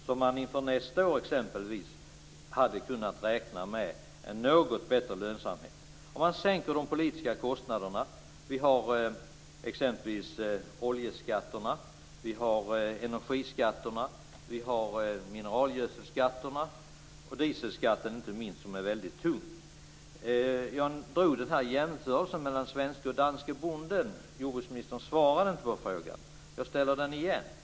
Vi skulle inför nästa år exempelvis kunna räkna med en något bättre lönsamhet om man sänker de politiska kostnaderna. Vi har exempelvis oljeskatterna. Vi har energiskatterna. Vi har mineralgödselskatterna. Vi har också inte minst dieselskatten som är väldigt tung. Jag gjorde den här jämförelsen mellan den svenske och danske bonden. Jordbruksministern svarade inte på den frågan. Jag ställer den igen.